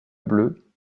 bleu